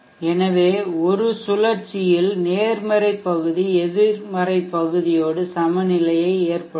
எனவே ஒரு சுழற்சியில் நேர்மறை பகுதி எதிர்மறை பகுதியோடு சமநிலையை ஏற்படுத்தும்